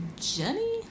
Jenny